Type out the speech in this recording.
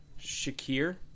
Shakir